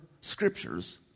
scriptures